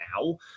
now